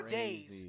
days